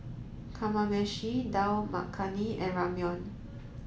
Kamameshi Dal Makhani and Ramyeon